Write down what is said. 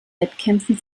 wettkämpfen